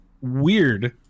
weird